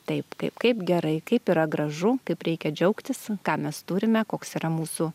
taip kaip kaip gerai kaip yra gražu kaip reikia džiaugtis ką mes turime koks yra mūsų